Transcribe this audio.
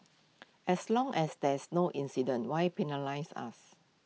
as long as there's no incident why penalise us